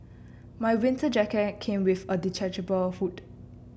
my winter jacket came with a detachable hood